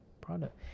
product